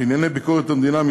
לענייני ביקורת המדינה.